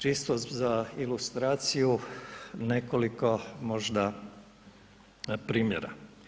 Čisto za ilustraciju nekoliko možda primjera.